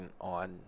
on